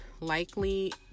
likely